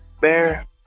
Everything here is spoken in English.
bear